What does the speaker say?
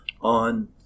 On